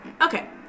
Okay